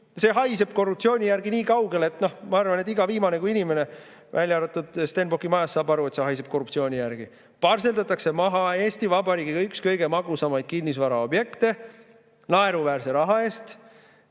see haiseb korruptsiooni järele nii kaugele, et ma arvan, et iga viimane kui inimene, välja arvatud Stenbocki majas, saab aru, et see haiseb korruptsiooni järele. Parseldatakse maha Eesti Vabariigi üks kõige magusamaid kinnisvaraobjekte naeruväärse raha eest,